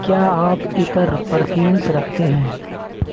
کیا آپ عطر پرفیومس رکھتے ہیں